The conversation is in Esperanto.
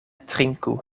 trinku